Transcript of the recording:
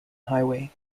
highway